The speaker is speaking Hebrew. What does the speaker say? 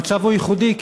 המצב הוא ייחודי,